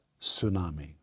tsunami